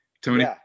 Tony